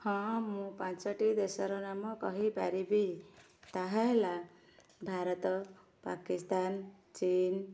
ହଁ ମୁଁ ପାଞ୍ଚଟି ଦେଶର ନାମ କହି ପାରିବି ତାହା ହେଲା ଭାରତ ପାକିସ୍ତାନ ଚୀନ